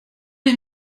les